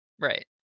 right